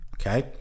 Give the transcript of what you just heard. Okay